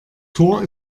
tor